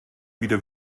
wieder